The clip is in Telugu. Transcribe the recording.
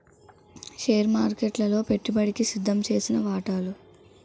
షేర్ మార్కెట్లలో పెట్టుబడికి సిద్దంచేసిన వాటాలు